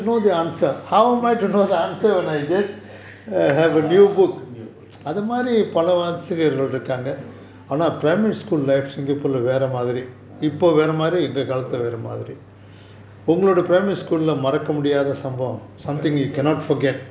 ah new book